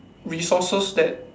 resources that